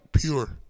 pure